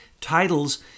titles